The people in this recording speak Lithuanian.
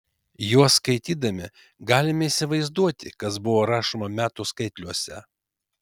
juos skaitydami galime įsivaizduoti kas buvo rašoma metų skaitliuose